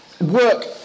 work